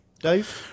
Dave